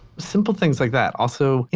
simple things like that. also,